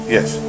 Yes